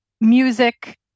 music